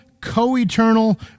co-eternal